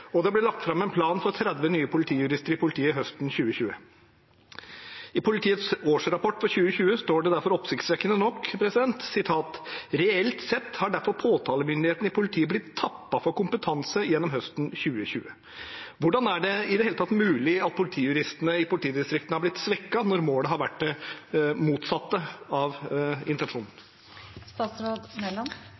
og det ble lagt fram en plan for 30 nye politijurister i politiet høsten 2020. I politiets årsrapport for 2020 står det derfor oppsiktsvekkende nok: «Reelt sett har derfor påtalemyndigheten i politiet blitt tappet for kompetanse gjennom høsten 2020.» Hvordan er det i det hele tatt mulig at politijuristene i politidistriktene har blitt svekket når målet, intensjonen, har vært det motsatte?